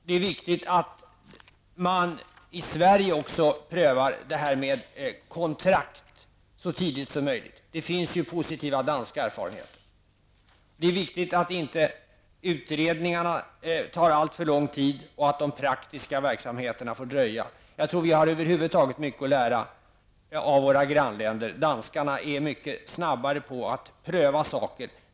Det är viktigt att man i Sverige också prövar förfarandet med kontrakt så tidigt som möjligt. Det finns ju positiva danska erfarenheter. Det är viktigt att utredningarna inte tar alltför lång tid så att praktiska verksamheterna fördröjs. Jag tror att vi över huvud taget har mycket att lära av våra grannländer. Danskarna är mycket snabbare på att pröva saker.